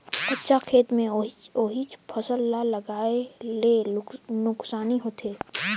कंचा खेत मे ओहिच ओहिच फसल ल लगाये ले नुकसानी होथे